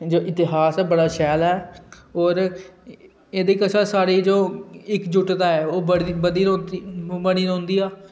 जो इतिहास ऐ ओह् बड़ा शैल ऐ होर एह्दे कशा साढ़ी जो इक्कजुटता ऐ ओह् बनी रौहंदी ऐ